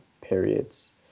periods